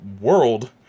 World